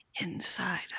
inside